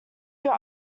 your